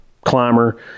climber